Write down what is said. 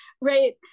right